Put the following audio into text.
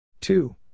Two